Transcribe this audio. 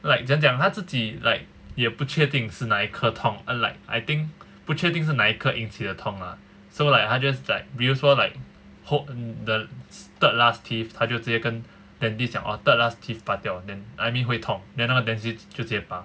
like 怎样讲他自己 like 也不确定是哪一刻痛 like I think 不确定是哪一刻引起的痛 ah so like 他 just like 比如说 like hope the third last teeth 他就直接跟 dentist 讲 oh third last teeth 把掉 then I mean 会痛 then 那个 dentist 就直接拔